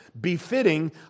befitting